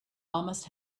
almost